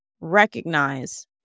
recognize